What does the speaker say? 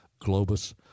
Globus